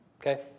Okay